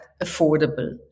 affordable